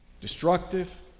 destructive